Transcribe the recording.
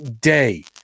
day